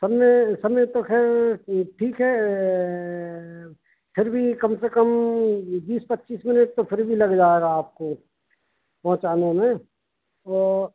सब में सब में तो खैर ठीक है फिर भी कम से कम बीस पच्चीस मिनट तो फिर भी लग जाएगा आपको पहुंचाने में वो